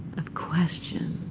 of question,